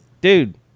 Dude